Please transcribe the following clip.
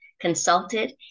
consulted